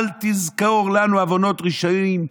"אל תזכר לנו עֲו‍ֹנֹת רׅאשנים,